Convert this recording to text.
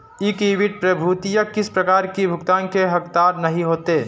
equity प्रभूतियाँ किसी प्रकार की भुगतान की हकदार नहीं होती